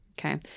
Okay